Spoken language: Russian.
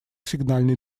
сигнальной